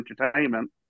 entertainment